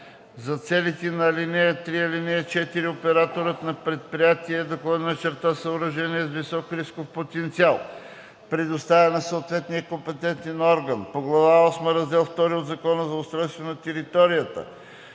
За целите на ал. 3 и 4 операторът на предприятие/съоръжение с висок рисков потенциал предоставя на съответния компетентен орган по глава осма, раздел II от Закона за устройство на територията